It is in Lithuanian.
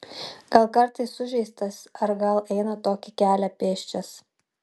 gal kartais sužeistas ar gal eina tokį kelią pėsčias